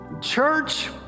church